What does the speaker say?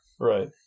right